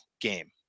game